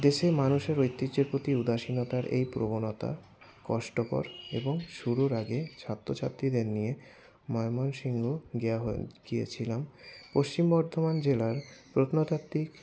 দেশে মানুষের ঐতিহ্যের প্রতি উদাসীনতার এই প্রবণতা কষ্টকর এবং শুরুর আগে ছাত্রছাত্রীদের নিয়ে ময়মনসিংহ গিয়েছিলাম পশ্চিম বর্ধমান জেলার প্রত্নতাত্বিক